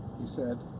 he said.